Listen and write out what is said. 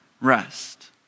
rest